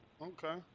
Okay